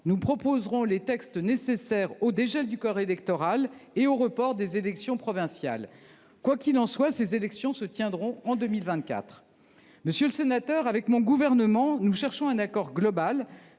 nous proposerons les textes nécessaires au dégel du corps électoral et au report des élections provinciales. Quoi qu’il en soit, ces élections se tiendront en 2024. Monsieur le sénateur, avec mon gouvernement, nous cherchons un accord global